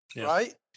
Right